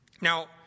Now